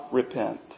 repent